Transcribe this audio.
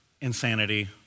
insanity